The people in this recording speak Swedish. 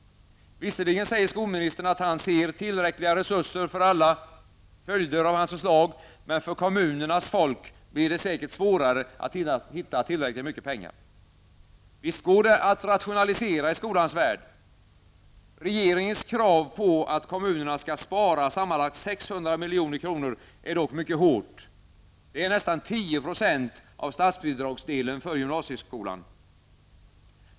Visserligen säger skolministern att han ser tillräckliga resurser för alla följder av hans förslag, men för kommunernas folk blir det säkert svårare att hitta tillräckligt mycket pengar. Visst går det att rationalisera i skolans värld. Regeringens krav på att kommunerna skall spara sammanlagt 600 milj.kr. är dock mycket hårt. Det är nästan 10 % av statsbidragsdelen för gymnasieskolan.